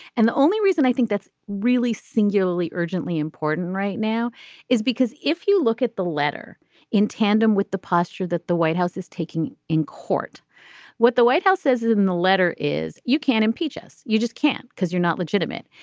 and the only reason i think that's really singularly urgently important right now is because if you look at the letter in tandem with the posture that the white house is taking in court what the white house says in the letter is you can't impeach us you just can't because you're not legitimate.